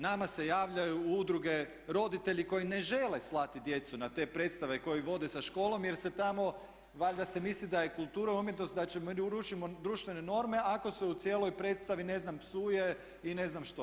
Nama se javljaju udruge, roditelji koji ne žele slati djecu na te predstave koje ih vode sa školom jer se tamo, valjda se misli da je kultura umjetnost, da ćemo urušit društvene norme ako se u cijeloj predstavi ne znam psuje ili ne znam što.